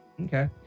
Okay